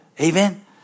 Amen